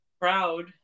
proud